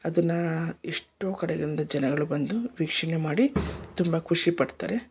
ಅದನ್ನು ಎಷ್ಟೋ ಕಡೆಗಳಿಂದ ಜನಗಳು ಬಂದು ವೀಕ್ಷಣೆ ಮಾಡಿ ತುಂಬ ಖುಷಿ ಪಡ್ತಾರೆ